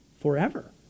forever